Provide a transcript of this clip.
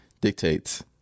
Dictates